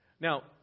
Now